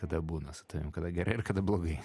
kada būna su tavim kada gerai ar kada blogai